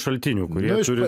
šaltinių kurie turi